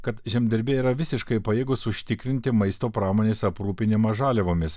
kad žemdirbiai yra visiškai pajėgūs užtikrinti maisto pramonės aprūpinimą žaliavomis